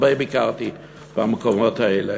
הרבה ביקרתי במקומות האלה.